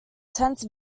tense